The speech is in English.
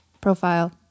profile